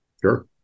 Sure